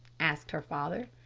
asked her father.